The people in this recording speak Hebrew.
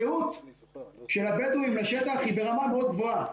הזהות של הבדואים לשטח היא ברמה מאוד גבוהה.